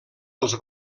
els